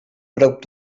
prop